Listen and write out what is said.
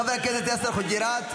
חבר הכנסת יאסר חוג'יראת,